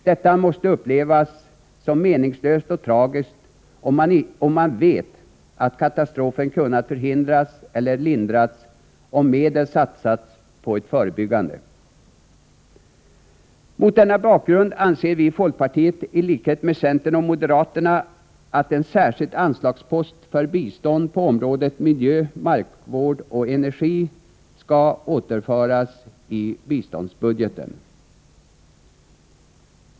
Detta måste upplevas som meningslöst och tragiskt om man vet att katastrofen kunnat förhindras eller lindras om medel också satsas på ett förebyggande. Mot denna bakgrund anser vi i folkpartiet, i likhet med centern och moderaterna, att en särskild anslagspost för bistånd på området miljö, markvård och energi skall återinföras i biståndsbudgeten.